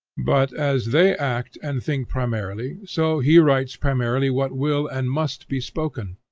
but, as they act and think primarily, so he writes primarily what will and must be spoken,